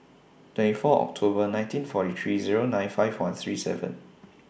twenty four October nineteen forty three Zero nine five one three seven